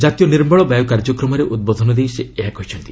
କାତୀୟ ନିର୍ମଳ ବାୟୁ କାର୍ଯ୍ୟକ୍ରମରେ ଉଦ୍ବୋଧନ ଦେଇ ସେ ଏହା କହିଛନ୍ତି